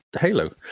Halo